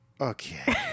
Okay